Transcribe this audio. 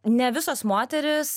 ne visos moterys